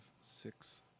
six